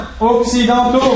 occidentaux